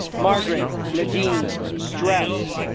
margaret nadine strauss